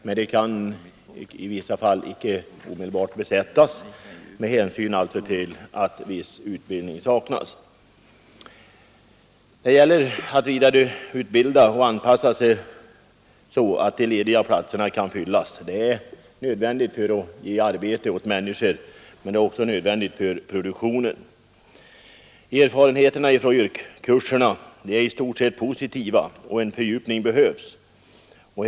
Dessa kan dock i vissa fall icke omedelbart besättas, eftersom de arbetssökande saknar den utbildning som krävs för dessa arbeten. Det gäller att vidareutbilda och anpassa de arbetssökande så att de lediga att bereda arbetslösa lärare sysselsättning inom skolan platserna kan fyllas. Det är nödvändigt för att ge arbete åt människorna men också för produktionen. Erfarenheterna från kurserna är i stort sett positiva, men en fördjupning av dem behövs.